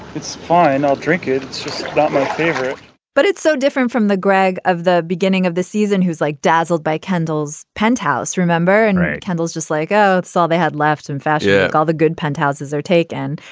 it's fine. i'll drink it it's not my favorite but it's so different from the greg of the beginning of the season who's like dazzled by candles penthouse remember and red candles just like i saw they had laughs and fashion like all the good penthouses are taken.